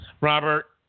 Robert